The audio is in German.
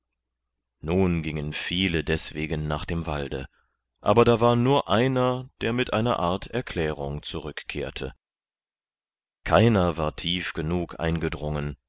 nun gingen viele deswegen nach dem walde aber da war nur einer der mit einer art erklärung zurückkehrte keiner war tief genug eingedrungen